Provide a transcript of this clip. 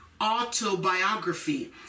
autobiography